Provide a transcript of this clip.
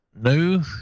No